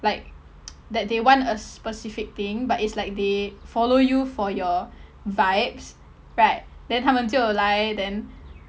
like that they want a specific thing but it's like they follow you for your vibes right then 他们求来 then